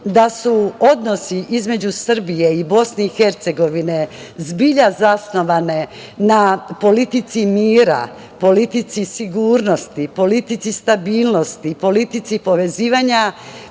Da su odnosi između Srbije i BiH zbilja zasnovani na politici mira, politici sigurnosti, politici stabilnosti, politici povezivanja,